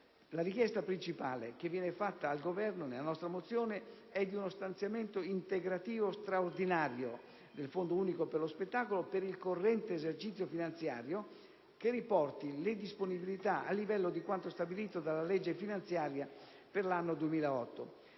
La richiesta principale fatta al Governo nella nostra mozione è di uno stanziamento integrativo straordinario nel Fondo unico per lo spettacolo per il corrente esercizio finanziario, che riporti le disponibilità a livello di quanto stabilito dalla legge finanziaria per l'anno 2008.